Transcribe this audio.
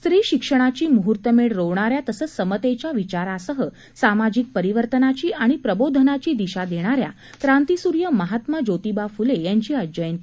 स्त्री शिक्षणाची मुहूर्तमेढ रोवणाऱ्या तसंच समतेच्या विचारासह सामाजिक परिवर्तनाची आणि प्रबोधनाची दिशा देणाऱ्या क्रांतिसूर्य महात्मा ज्योतिबा फुले यांची आज जयंती